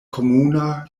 komuna